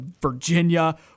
Virginia